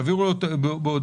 יעבירו לו אותו בהודעה.